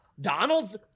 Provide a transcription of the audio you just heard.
Donald's